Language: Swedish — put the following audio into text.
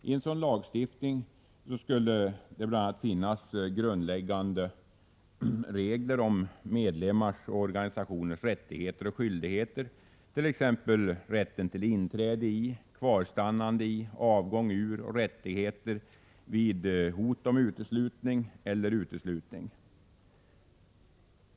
I en sådan lagstiftning skulle bl.a. finnas grundläggande regler om medlemmars och organisationers rättigheter och skyldigheter, t.ex. rätt till inträde och kvarstannande i och avgång ur förening samt rättigheter vid hot om uteslutning eller vid uteslutning.